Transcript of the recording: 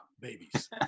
babies